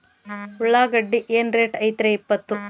ಉಳ್ಳಾಗಡ್ಡಿ ಏನ್ ರೇಟ್ ಐತ್ರೇ ಇಪ್ಪತ್ತು?